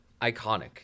iconic